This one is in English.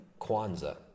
Kwanzaa